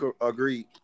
Agreed